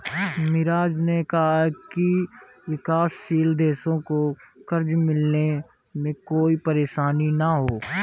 मिराज ने कहा कि विकासशील देशों को कर्ज मिलने में कोई परेशानी न हो